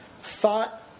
thought